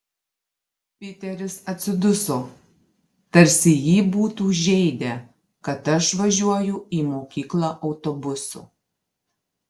piteris atsiduso tarsi jį būtų žeidę kad aš važiuoju į mokyklą autobusu